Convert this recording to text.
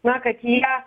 na kad jie